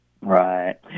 Right